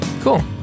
Cool